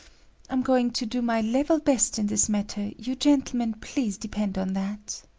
i'm going to do my level best in this matter you gentlemen please depend on that.